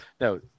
no